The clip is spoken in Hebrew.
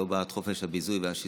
לא בעד חופש הביזוי והשיסוי,